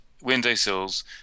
windowsills